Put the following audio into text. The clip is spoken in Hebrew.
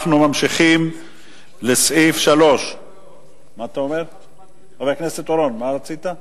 אנחנו ממשיכים לסעיף 3. חבר הכנסת אורון, מה רצית?